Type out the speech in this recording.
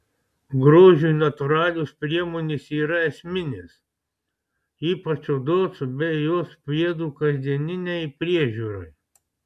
grožiui natūralios priemonės yra esminės ypač odos bei jos priedų kasdieninei priežiūrai